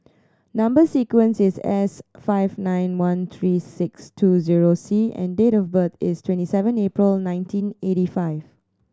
number sequence is S five nine one three six two zero C and date of birth is twenty seven April nineteen eighty five